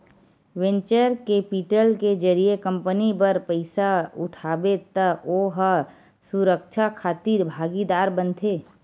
venture capital के जरिए company बर पइसा उठाबे त ओ ह सुरक्छा खातिर भागीदार बनथे